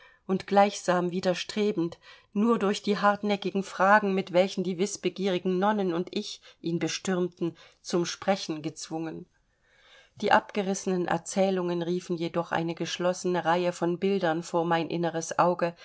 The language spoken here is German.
und gleichsam widerstrebend nur durch die hartnäckigen fragen mit welchen die wißbegierigen nonnen und ich ihn bestürmten zum sprechen gezwungen die abgerissenen erzählungen riefen jedoch eine geschlossene reihe von bildern vor mein inneres auge